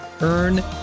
Earn